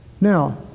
Now